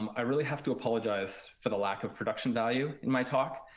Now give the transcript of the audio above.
um i really have to apologize for the lack of production value in my talk.